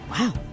Wow